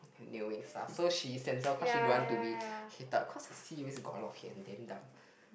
stuff so she censor cause she don't want to be hated cause her sea always got a lot of hate and damn dumb